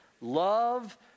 love